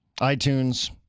iTunes